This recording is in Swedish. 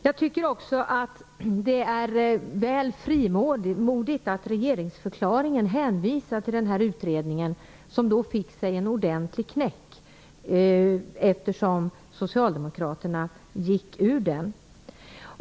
Jag tycker också att det är väl frimodigt att i regeringsförklaringen hänvisa till denna utredning som fick sig en ordentlig knäck, eftersom socialdemokraterna lämnade den.